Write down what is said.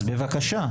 אז בבקשה,